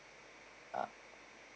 uh